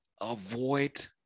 Avoid